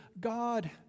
God